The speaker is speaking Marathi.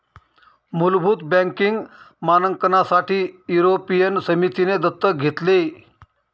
मुलभूत बँकिंग मानकांसाठी युरोपियन समितीने दत्तक घेतले